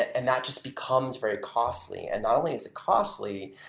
and that just becomes very costly, and not only is it costly,